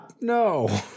no